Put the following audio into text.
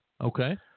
Okay